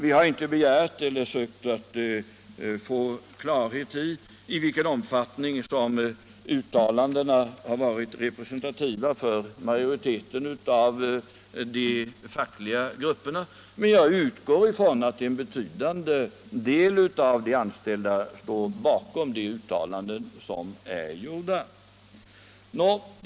Vi har inte begärt eller sökt att få klarhet om i vilken omfattning uttalandena har varit representativa för majoriteten av de fackliga grupperna, men jag utgår från att en betydande del av de anställda står bakom de uttalanden som är gjorda.